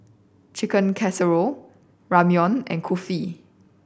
Chicken Casserole Ramyeon and Kulfi